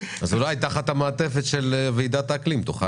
אולי תחת המעטפת של ועידת האקלים תוכל.